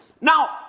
Now